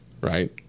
right